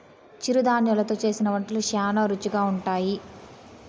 చిరుధాన్యలు తో చేసిన వంటలు శ్యానా రుచిగా ఉంటాయి